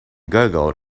gurgled